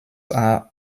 are